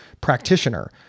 practitioner